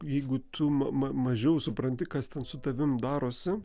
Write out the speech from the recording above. jeigu tu ma ma mažiau supranti kas ten su tavim darosi